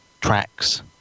tracks